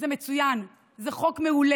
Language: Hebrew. הוא מצוין, הוא חוק מעולה.